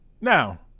Now